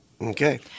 Okay